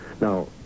Now